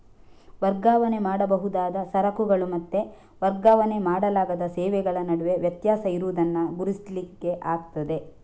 ವರ್ಗಾವಣೆ ಮಾಡಬಹುದಾದ ಸರಕುಗಳು ಮತ್ತೆ ವರ್ಗಾವಣೆ ಮಾಡಲಾಗದ ಸೇವೆಗಳ ನಡುವೆ ವ್ಯತ್ಯಾಸ ಇರುದನ್ನ ಗುರುತಿಸ್ಲಿಕ್ಕೆ ಆಗ್ತದೆ